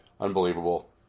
Unbelievable